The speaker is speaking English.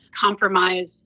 compromise